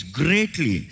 greatly